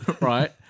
right